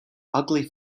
ugly